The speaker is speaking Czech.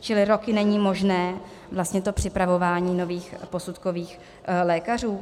Čili roky není možné vlastně připravování nových posudkových lékařů?